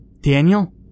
Daniel